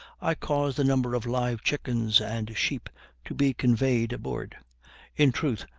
i caused a number of live chickens and sheep to be conveyed aboard in truth,